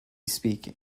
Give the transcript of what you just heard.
speaking